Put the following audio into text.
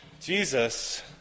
Jesus